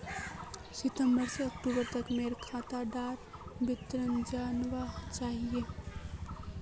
सितंबर से अक्टूबर तक मोर खाता डार विवरण जानवा चाहची?